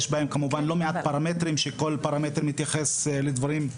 יש בהם כמובן לא מעט פרמטרים כאשר כל פרמטר מתייחס לדברים שנבדקו.